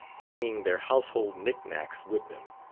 bringing their household knick-knacks with them.